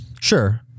sure